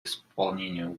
исполнению